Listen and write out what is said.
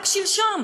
רק שלשום,